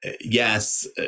yes